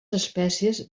espècies